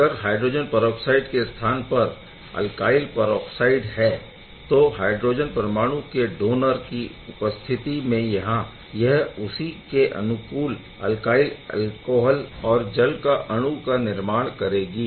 अगर hydrogen peroxide के स्थान पर अल्काइल परऑक्साइड है तो हायड्रोजन परमाणु के डोनर की उपस्थिति में यहाँ यह उसी के अनुकूल अल्काइल एल्कोहल और जल का अणु का निर्माण करेगी